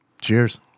Cheers